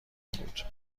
بود